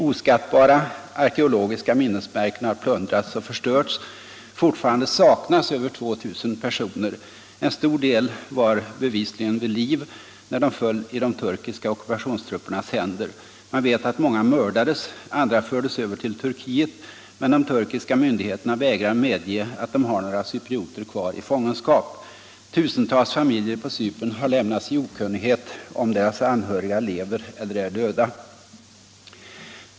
Oskattbara arkeologiska minnesmärken har plundrats och förstörts. Fortfarande saknas över 2 000 personer. En stor del av dessa var bevisligen vid liv när de föll i de turkiska ockupationstruppernas händer. Man vet att många mördades. Andra fördes över till Turkiet, men de turkiska myndigheterna vägrar medge att de har några cyprioter kvar i fångenskap. Tusentals familjer på Cypern har lämnats i okunnighet om deras anhöriga lever eller är döda.